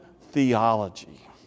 theology